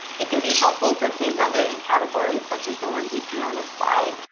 it can be helpful to think of it in categories such as the ones you see on this slide,